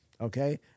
okay